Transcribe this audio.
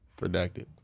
Redacted